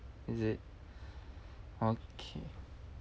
is it okay